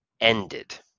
ended